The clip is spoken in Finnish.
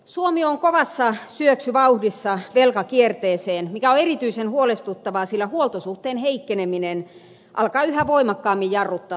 suomi on kovassa syöksyvauhdissa velkakierteeseen mikä on erityisen huolestuttavaa sillä huoltosuhteen heikkeneminen alkaa yhä voimakkaammin jarruttaa talouskasvua